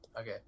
Okay